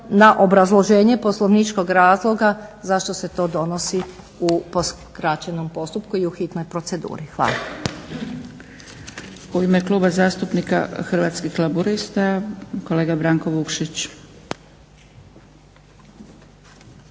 na obrazloženje poslovničkog razloga zašto se to donosi u skraćenom postupku i u hitnoj proceduri. Hvala.